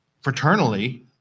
fraternally